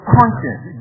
conscience